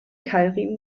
keilriemen